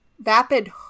Vapid